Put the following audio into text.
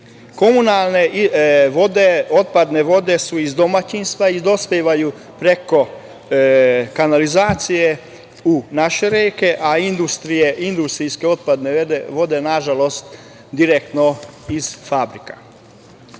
Komunalne vode, otpadne vode su iz domaćinstava i dospevaju preko kanalizacije u naše reke, a industrijske otpadne vode nažalost direktno iz fabrika. Svaka